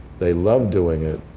they love doing it.